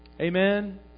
amen